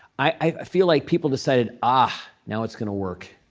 i feel like people decided, ah, now it's going to work.